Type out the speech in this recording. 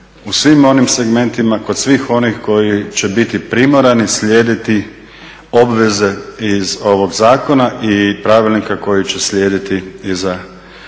u svim onim segmentima kod svih onih koji će biti primorani slijediti obveze iz ovog zakona i pravilnika koji će slijediti iza